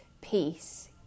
peace